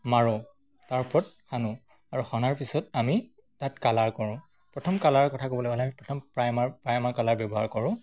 মাৰোঁ তাৰ ওপৰত সানো আৰু সনাৰ পিছত আমি তাত কালাৰ কৰোঁ প্ৰথম কালাৰৰ কথা ক'বলৈ গ'লে আমি প্ৰথম প্ৰাইমাৰ প্ৰাইমাৰ কালাৰ ব্যৱহাৰ কৰোঁ